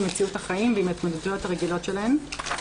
מציאות החיים ועם ההתמודדויות הרגילות שלהן.